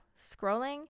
Scrolling